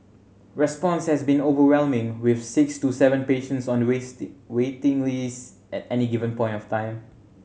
response has been overwhelming with six to seven patients on the waiting list at any given point of time